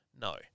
no